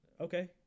okay